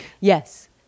yes